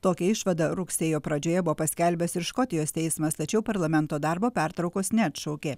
tokią išvadą rugsėjo pradžioje buvo paskelbęs ir škotijos teismas tačiau parlamento darbo pertraukos neatšaukė